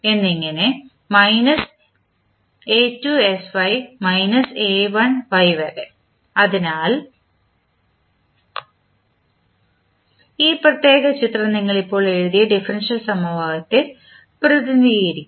എന്നിങ്ങനെ minus a2sy a1y വരെ അതിനാൽ ഈ പ്രത്യേക ചിത്രം നിങ്ങൾ ഇപ്പോൾ എഴുതിയ ഡിഫറൻഷ്യൽ സമവാക്യത്തെ പ്രതിനിധീകരിക്കുന്നു